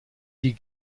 die